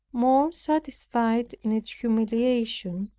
more satisfied in its humiliation,